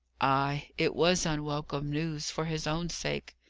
ay it was unwelcome news, for his own sake.